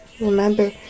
remember